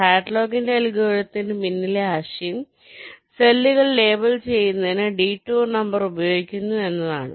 ഹാഡ്ലോക്കിന്റെ അൽഗോരിതത്തിന്Hadlock's algorithm പിന്നിലെ ആശയം സെല്ലുകൾ ലേബൽ ചെയ്യുന്നതിന് ഡിടൂർനമ്പറുകൾ ഉപയോഗിക്കുന്നു എന്നതാണ്